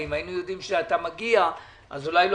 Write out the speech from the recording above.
אם היינו יודעים שאתה מגיע אז אולי לא